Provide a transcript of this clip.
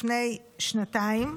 לפני שנתיים,